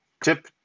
Tip